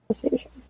conversation